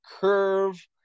curve